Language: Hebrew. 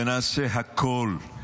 ונעשה הכול.